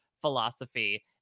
philosophy